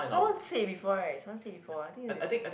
someone said before right someone said before I think there's a